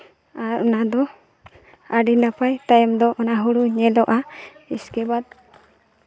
ᱟᱨ ᱚᱱᱟᱫᱚ ᱟᱹᱰᱤ ᱱᱟᱯᱟᱭ ᱛᱟᱭᱚᱢ ᱫᱚ ᱚᱱᱟ ᱦᱩᱲᱩ ᱧᱮᱞᱚᱜᱼᱟ ᱤᱥᱠᱮ ᱵᱟᱫ